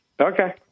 Okay